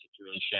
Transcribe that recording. situation